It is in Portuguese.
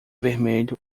vermelho